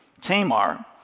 Tamar